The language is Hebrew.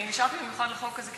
אני נשארתי במיוחד לחוק הזה,